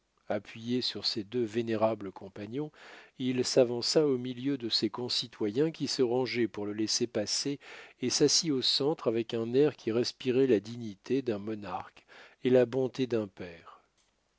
appuyé sur ses deux vénérables compagnons il s'avança au milieu de ses concitoyens qui se rangeaient pour le laisser passer et s'assit au centre avec un air qui respirait la dignité d'un monarque et la bonté d'un père